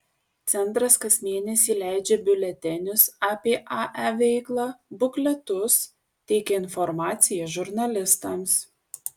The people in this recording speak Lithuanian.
centras kas mėnesį leidžia biuletenius apie ae veiklą bukletus teikia informaciją žurnalistams